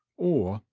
or,